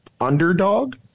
underdog